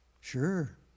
Sure